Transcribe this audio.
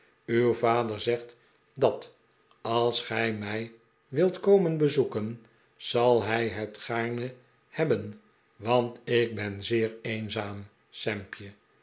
uw vader zegt dat als gij mij wilt komen bezoeken zal hij het gaarne hebben want ik ben zeer eenzaam sampje